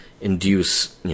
induce